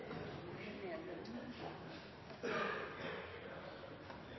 en